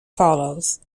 follows